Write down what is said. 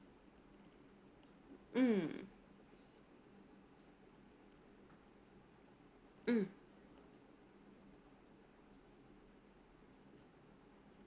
mm mm